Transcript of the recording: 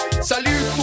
Salut